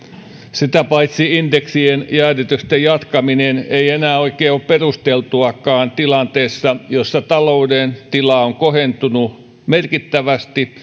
sitä paitsi indeksien jäädytysten jatkaminen ei enää oikein ole perusteltuakaan tilanteessa jossa talouden tila on kohentunut merkittävästi